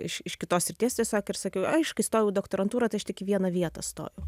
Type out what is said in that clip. iš iš kitos srities tiesiog ir sakiau ai aš kai stojau į doktorantūrą tai aš tik į vieną vietą stojau